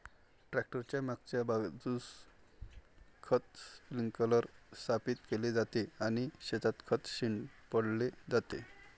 tractor च्या मागील बाजूस खत स्प्रिंकलर स्थापित केले जाते आणि शेतात खत शिंपडले जाते